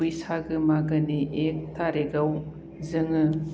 बैसागो मागोनि एक थारिकआव जोङो